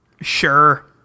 Sure